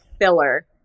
filler